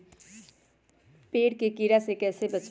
पेड़ के कीड़ा से कैसे बचबई?